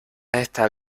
esta